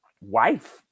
wife